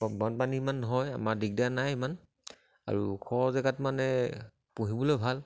আৰু বানপানী ইমান হয় আমাৰ দিগদাৰ নাই ইমান আৰু ওখ জেগাত মানে পুহিবলৈ ভাল